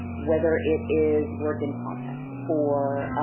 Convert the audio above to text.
whether it is words in context or